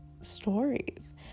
stories